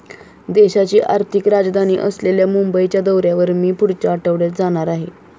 देशाची आर्थिक राजधानी असलेल्या मुंबईच्या दौऱ्यावर मी पुढच्या आठवड्यात जाणार आहे